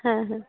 হ্যাঁ হ্যাঁ